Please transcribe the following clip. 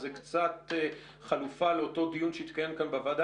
זה קצת חלופה לאותו דיון שהתקיים כאן בוועדה